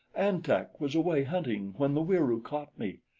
an-tak was away, hunting, when the wieroo caught me.